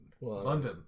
London